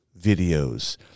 videos